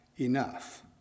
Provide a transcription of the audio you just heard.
enough